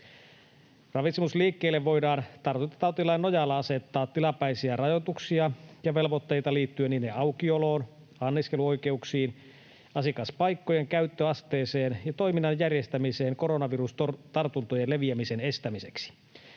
Ravitsemisliikkeille voidaan tartuntatautilain nojalla asettaa tilapäisiä rajoituksia ja velvoitteita liittyen niiden aukioloon, anniskeluoikeuksiin, asiakaspaikkojen käyttöasteeseen ja toiminnan järjestämiseen koronavirustartuntojen leviämisen estämiseksi.